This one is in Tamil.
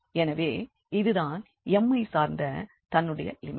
எனவே இது தான் m ஐ சார்ந்த தன்னுடைய லிமிட்